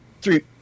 three